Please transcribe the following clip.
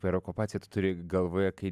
per okupaciją tu turi galvoje kai